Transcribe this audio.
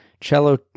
cello